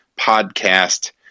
podcast